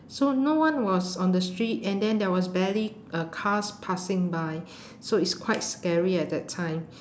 so no one was on the street and then there was barely uh cars passing by so it's quite scary at that time